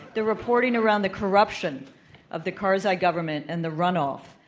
the reporting around the corruption of the karzai government and the run-off,